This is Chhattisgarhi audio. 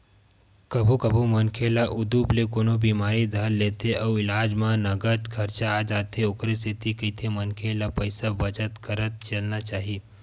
कभू कभू मनखे ल उदुप ले कोनो बिमारी धर लेथे अउ इलाज म नँगत खरचा आ जाथे ओखरे सेती कहिथे मनखे ल पइसा बचत करत चलना चाही